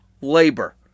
labor